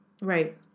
Right